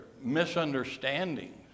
misunderstandings